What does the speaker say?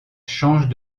change